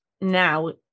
now